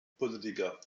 politiker